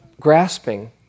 grasping